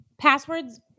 Passwords